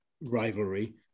rivalry